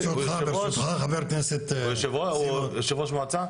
ברשותך, חבר הכנסת --- הוא יושב ראש מועצה?